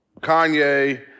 Kanye